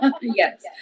yes